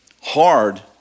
hard